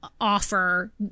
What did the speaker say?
offer